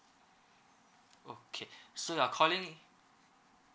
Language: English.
okay so you're calling